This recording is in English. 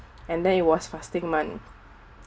and then it was fasting month